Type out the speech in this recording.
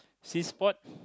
sea sport